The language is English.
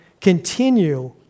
continue